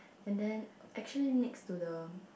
and then actually next to the